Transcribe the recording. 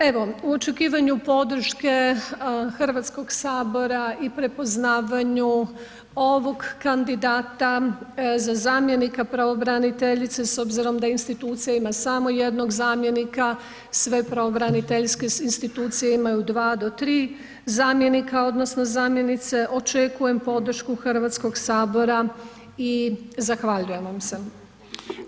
Evo, u očekivanju podrške Hrvatskog sabora i prepoznavanju ovog kandidata za zamjenika pravobraniteljice, s obzirom da institucija ima samo jednog zamjenika, sve pravobraniteljske institucije imaju dva do tri zamjenika odnosno zamjenice, očekujem podršku Hrvatskog sabora i zahvaljujem vam se.